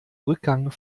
rückgang